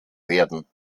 werden